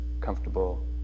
comfortable